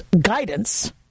guidance